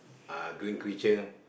uh green creature